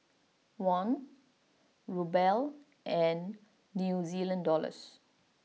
Won Ruble and New Zealand Dollars